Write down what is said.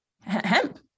hemp